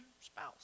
spouse